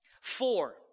four